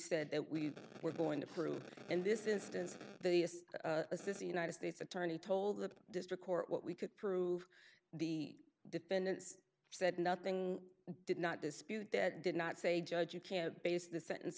said that we were going to prove in this instance they assist the united states attorney told the district court what we could prove the defendants said nothing did not dispute that did not say judge you can't base the sentence